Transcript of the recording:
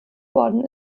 worden